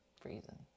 freezing